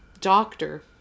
doctor